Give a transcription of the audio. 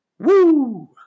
Woo